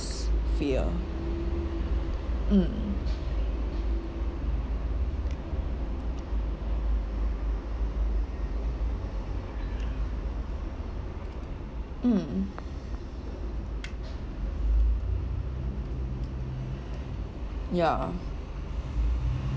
fear mm mm ya